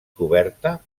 coberta